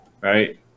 right